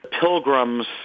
pilgrims